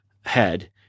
head